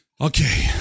Okay